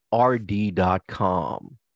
rd.com